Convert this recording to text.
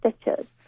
stitches